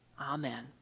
amen